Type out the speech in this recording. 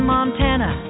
Montana